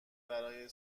برای